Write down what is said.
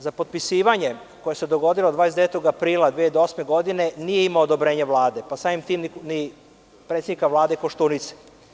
Za potpisivanje koje se dogodilo 29. aprila 2008. godine nije imao odobrenje Vlade, pa samim tim ni predsednika Vlade, Koštunice.